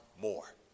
more